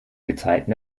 gezeiten